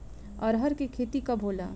अरहर के खेती कब होला?